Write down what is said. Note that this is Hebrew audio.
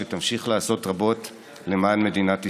שתמשיך לעשות רבות למען מדינת ישראל.